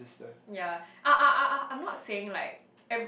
ya I I I I'm not saying like